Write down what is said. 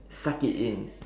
suck it in